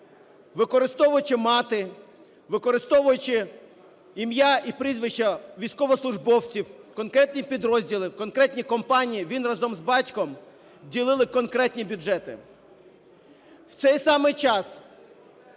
використовуючи мати, використовуючи ім'я і прізвища військовослужбовців, конкретні підрозділи, конкретні компанії, він разом з батьком ділили конкретні бюджети. В цей самий час,